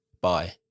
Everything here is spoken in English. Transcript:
bye